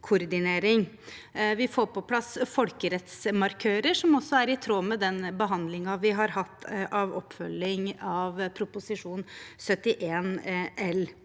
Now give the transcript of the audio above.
Vi får på plass folkerettsmarkører, som også er i tråd med den behandlingen vi har hatt av oppfølging av Prop. 71